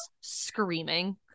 screaming